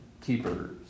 keepers